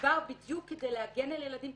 ומדובר בדיוק כדי להגן על ילדים,